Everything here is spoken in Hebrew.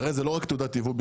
זאת לא רק תעודת יבוא.